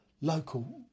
local